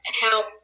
help